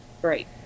great